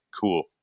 cool